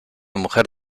mujer